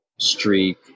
Streak